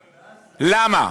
למה?